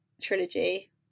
trilogy